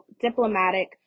diplomatic